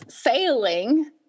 sailing